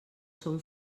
són